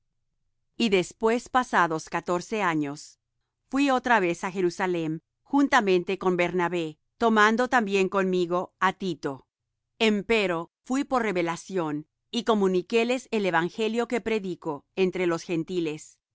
mí después pasados catorce años fuí otra vez á jerusalem juntamente con bernabé tomando también conmigo á tito empero fuí por revelación y comuniquéles el evangelio que predico entre los gentiles